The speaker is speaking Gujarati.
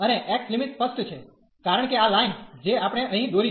અને x લિમિટ સ્પષ્ટ છે કારણ કે આ લાઈન જે આપણે અહીં દોરી છે